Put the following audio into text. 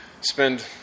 spend